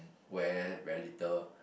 wear very little